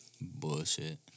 Bullshit